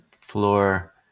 floor